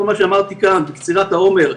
כל מה שאמרתי כאן בקצירת העומר,